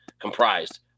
comprised